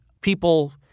People